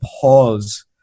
pause